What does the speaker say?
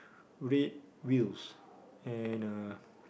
red wheels and uh